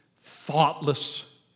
thoughtless